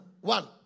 One